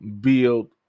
build